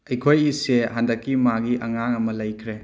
ꯑꯩꯈꯣꯏ ꯏꯆꯦ ꯍꯟꯗꯛꯀꯤ ꯃꯥꯒꯤ ꯑꯉꯥꯡ ꯑꯃ ꯂꯩꯈ꯭ꯔꯦ